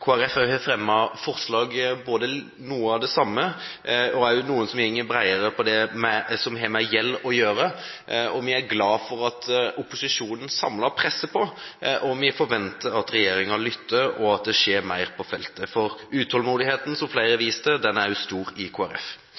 Kristelig Folkeparti har fremmet forslag både om noe av det samme og om noe som går bredere på det som har med gjeld å gjøre. Vi er glad for at opposisjonen samlet presser på. Vi forventer at regjeringen lytter, og at det skjer noe mer på feltet, for den utålmodigheten – som flere har vist til – er stor i